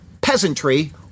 peasantry